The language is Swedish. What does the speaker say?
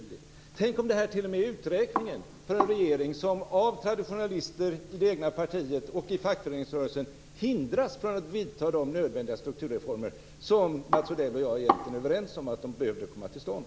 Tänk om detta t.o.m. är uträknat av en regering som hindras av traditionalister i det egna partiet och i fackföreningsrörelsen från att vidta de nödvändiga strukturreformer som Mats Odell och jag egentligen är överens om behöver komma till stånd.